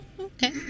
Okay